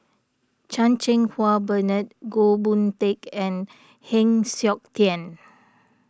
Chan Cheng Wah Bernard Goh Boon Teck and Heng Siok Tian